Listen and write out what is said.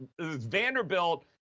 Vanderbilt